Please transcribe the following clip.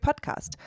podcast